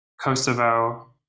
Kosovo